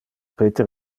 peter